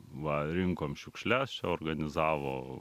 va rinkom šiukšles čia organizavo